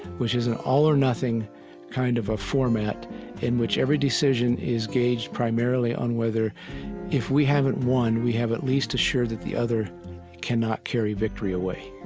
which is an all-or-nothing kind of format in which every decision is gauged primarily on whether if we haven't won, we have at least assured that the other cannot carry victory away.